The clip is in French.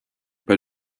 pas